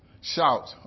Shout